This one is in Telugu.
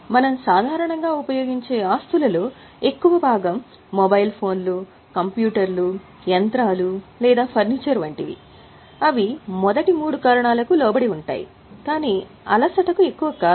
మనం సాధారణంగా ఉపయోగించే ఆస్తులలో ఎక్కువ భాగం మొబైల్ ఫోన్లు కంప్యూటర్లు యంత్రాలు లేదా ఫర్నిచర్ వంటివి అవి మొదటి మూడు కారణాలకు లోబడి ఉంటాయి కానీ అలసటకు ఎక్కువ కాదు